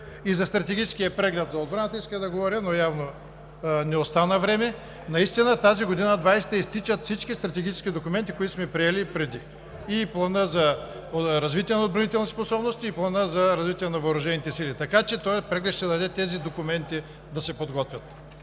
И за Стратегическия преглед на отбраната исках да говоря, но явно не остана време. Наистина тази година – 2020 г., изтичат всички стратегически документи, които сме приели преди, и Планът за отбранителните способности, и Планът за развитие на въоръжените сили. Така че този преглед ще даде възможност тези документи да се подготвят.